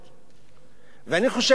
ואני חושב שהגיע הזמן